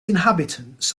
inhabitants